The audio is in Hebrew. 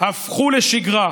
הפכו לשגרה.